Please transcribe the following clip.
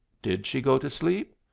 did she go to sleep?